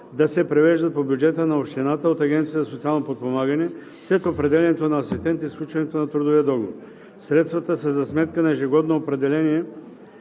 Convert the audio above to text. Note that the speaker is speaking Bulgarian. да се превеждат по бюджета на общината от Агенцията за социално подпомагане след определянето на асистент и сключването на трудовия договор. Средствата са за сметка на ежегодно определения